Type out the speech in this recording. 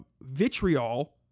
vitriol